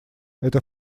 эта